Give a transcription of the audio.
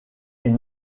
est